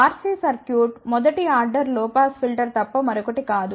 RC circuit మొదటి order low pass filter తప్ప మరొకటి కాదు